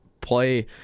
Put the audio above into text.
play